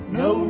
no